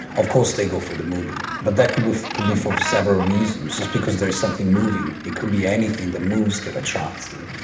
of course they go for the movie, but that could could be for several reasons, just because there is something moving, it could be anything that moves that attracts them.